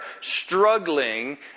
struggling